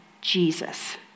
Jesus